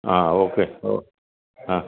ആ ഓക്കെ ഓ ആ